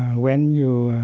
when you